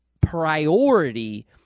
priority